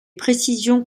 précisions